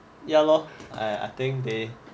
ya lor I I think they